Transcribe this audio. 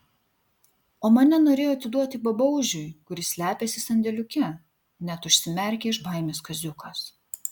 o mane norėjo atiduoti babaužiui kuris slepiasi sandėliuke net užsimerkė iš baimės kaziukas